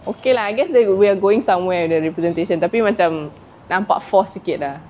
okay lah I guess they we're going somewhere the representation tapi macam nampak force sikit ah